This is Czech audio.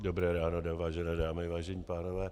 Dobré ráno, vážené dámy, vážení pánové.